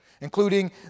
including